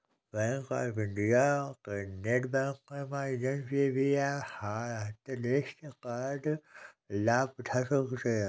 bank of India के net banking माध्यम से भी आप हॉटलिस्ट कार्ड का लाभ उठा सकते हैं